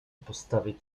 postawię